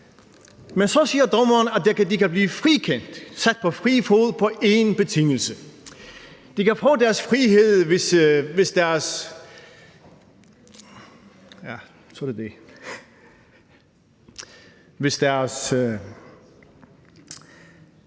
Men så siger dommeren, at de kan blive frikendt og sat på fri fod på én betingelse. De kan få deres frihed, hvis de lever op til én betingelse